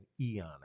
eon